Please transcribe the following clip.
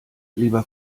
lieber